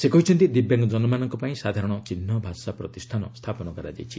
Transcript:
ସେ କହିଛନ୍ତି ଦିବ୍ୟାଙ୍ଗଜନମାନଙ୍କ ପାଇଁ ସାଧାରଣ ଚିହ୍ ଭାଷା ପ୍ରତିଷ୍ଠାନ ସ୍ଥାପନ କରାଯାଇଛି